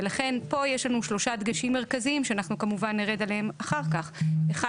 ולכן פה יש לנו שלושה דגשים מרכזיים שאנחנו כמובן נרד אליהם אחר כך: א',